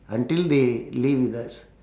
until they live with us